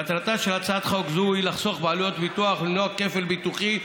מטרתה של הצעת חוק זו היא לחסוך בעלויות ביטוח ולמנוע כפל ביטוחי,